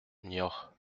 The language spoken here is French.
niort